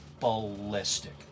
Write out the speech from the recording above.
ballistic